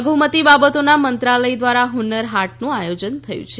લધુમતી બાબતોના મંત્રાલય દ્વારા હુન્નર હાટનું આયોજન થયું છે